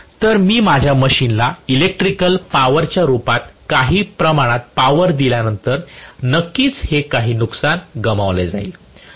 तरमी माझ्या मशीनला इलेक्ट्रिकल पावरच्या रूपात काही प्रमाणात पावर दिल्यानंतर नक्कीच हे काही नुकसान गमावले जाईल